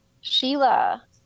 Sheila